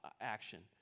action